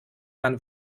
man